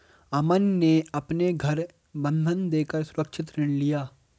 अमन ने अपना घर बंधक देकर सुरक्षित ऋण लिया